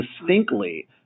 distinctly